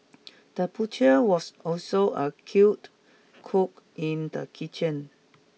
the butcher was also a killed cook in the kitchen